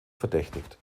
verdächtigt